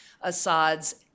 Assad's